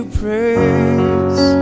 praise